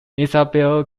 isabel